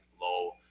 low